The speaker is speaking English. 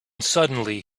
suddenly